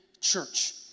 church